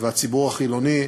והציבור החילוני,